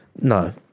No